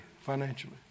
financially